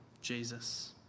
Jesus